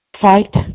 Fight